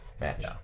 match